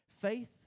Faith